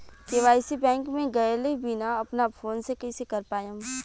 KYC bank मे गएले बिना अपना फोन से कइसे कर पाएम?